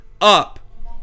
up